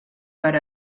per